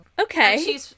okay